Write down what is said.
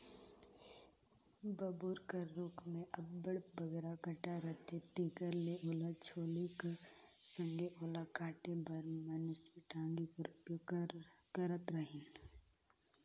बबूर कर रूख मे अब्बड़ बगरा कटा रहथे तेकर ले ओला छोले कर संघे ओला काटे बर मइनसे टागी कर उपयोग करत रहिन